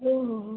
हो हो हो